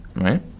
right